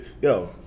Yo